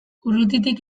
urrutitik